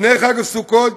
לפני חג הסוכות